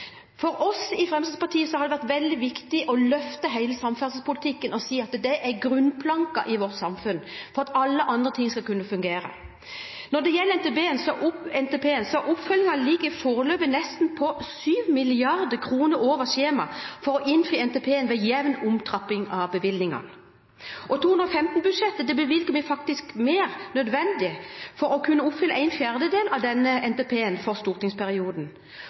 For oss i Fremskrittspartiet har det vært veldig viktig å løfte hele samferdselspolitikken og si at den er grunnplanken i vårt samfunn for at alt annet skal kunne fungere. Når det gjelder NTP-en, ligger oppfyllingen foreløpig nesten 7 mrd. kr over skjema for å innfri NTP-en ved jevn opptrapping av bevilgninger. I 2015-budsjettet bevilger vi faktisk mer enn nødvendig for å kunne oppfylle en fjerdedel av NTP-en for denne stortingsperioden.